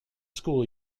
school